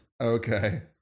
Okay